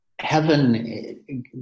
heaven